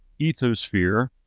ethosphere